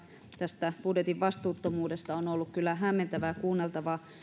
tästä budjetin vastuuttomuudesta on ollut kyllä hämmentävää kuunneltavaa